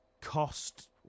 cost